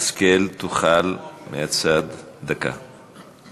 השכל תוכל, מהצד, דקה.